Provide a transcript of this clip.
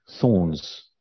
thorns